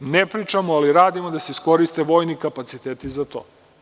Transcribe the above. Ne pričamo, ali radimo da se iskoriste vojni kapaciteti za to.